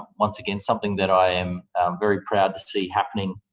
once again something that i am very proud to see happening,